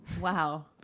Wow